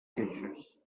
queixes